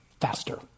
faster